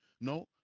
No